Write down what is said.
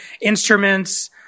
instruments